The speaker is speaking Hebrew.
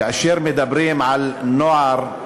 כאשר מדברים על נוער,